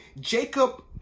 Jacob